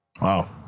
Wow